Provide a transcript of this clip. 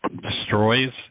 destroys